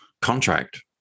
contract